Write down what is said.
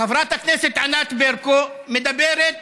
חברת הכנסת ענת ברקו מדברת